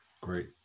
Great